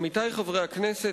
עמיתי חברי הכנסת,